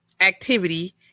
activity